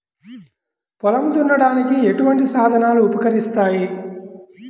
పొలం దున్నడానికి ఎటువంటి సాధనాలు ఉపకరిస్తాయి?